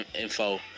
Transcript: info